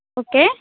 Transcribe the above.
okay